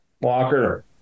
walker